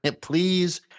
Please